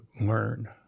learn